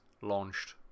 launched